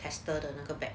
pastor 的那个 bag